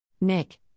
Nick